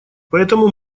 поэтому